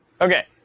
Okay